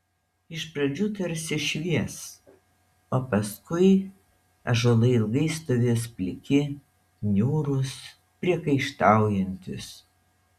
iš pradžių tarsi švies o paskui ąžuolai ilgai stovės pliki niūrūs priekaištaujantys